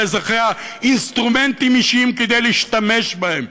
אזרחיה אינסטרומנטים אישיים כדי להשתמש בהם?